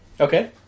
Okay